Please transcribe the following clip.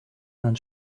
einen